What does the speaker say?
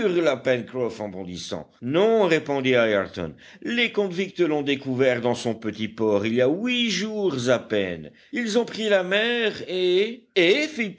pencroff en bondissant non répondit ayrton les convicts l'ont découvert dans son petit port il y a huit jours à peine ils ont pris la mer et et